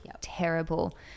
terrible